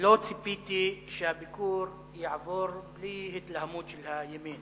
לא ציפיתי שהביקור יעבור בלי התלהמות של הימין